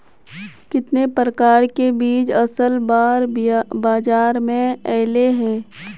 कितने प्रकार के बीज असल बार बाजार में ऐले है?